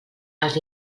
els